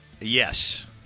Yes